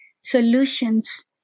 solutions